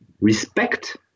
respect